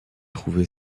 trouvé